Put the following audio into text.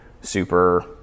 super